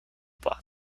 pod